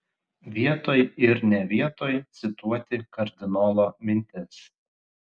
vietoj ir ne vietoj cituoti kardinolo mintis